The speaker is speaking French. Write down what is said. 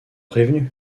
prévenus